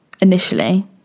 Initially